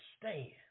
stand